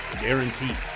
guaranteed